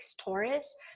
Taurus